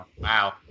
Wow